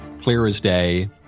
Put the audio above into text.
clear-as-day